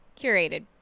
curated